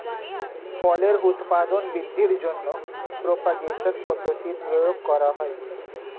ফলের উৎপাদন বৃদ্ধির জন্য প্রপাগেশন পদ্ধতির প্রয়োগ করা হয়